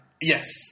Yes